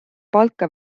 palka